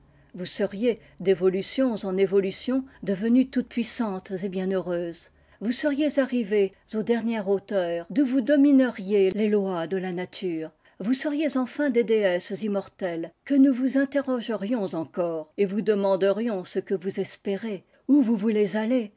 vous seriez d'évolutions en évolutions devenues toutes puissantes et bien heureuses vous seriez arrivées aux dernières hauteurs d'oïl vous domineriez les lois de la nature vous seriez enfin des déesses immortelles que nous vous interrogerions encore et vous demanderions ce que vous espérez où vous voulez aller